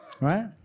Right